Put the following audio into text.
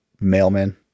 mailman